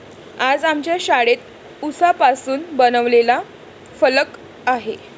आज आमच्या शाळेत उसापासून बनवलेला फलक आहे